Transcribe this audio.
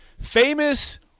Famous